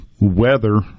weather